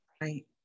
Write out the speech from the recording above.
right